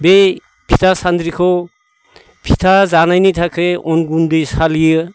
बे फिथा सान्द्रिखौ फिथा जानायनि थाखाय अन गुन्दै सालियो